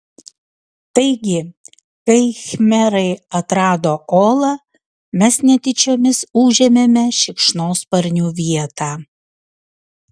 taigi kai khmerai atrado olą mes netyčiomis užėmėme šikšnosparnių vietą